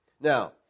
Now